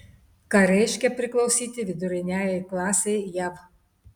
ką reiškia priklausyti viduriniajai klasei jav